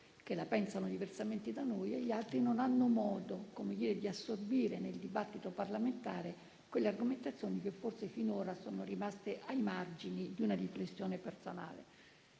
che la pensano diversamente da noi, e gli altri non hanno modo di assorbire nel dibattito parlamentare quelle argomentazioni che forse finora sono rimaste ai margini di una riflessione personale.